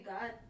God